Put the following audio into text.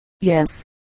Yes